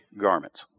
garments